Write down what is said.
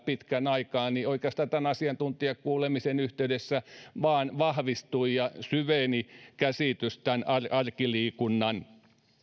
pitkän aikaa niin oikeastaan tämän asiantuntijakuulemisen yhteydessä vain vahvistui ja syveni käsitys arkiliikunnan